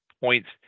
points